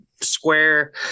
Square